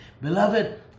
Beloved